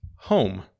Home